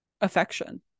affection